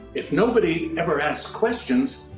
if nobody ever asked questions,